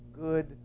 good